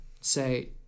say